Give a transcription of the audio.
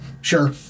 sure